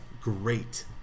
great